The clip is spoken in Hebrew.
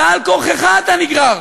על כורחך אתה נגרר.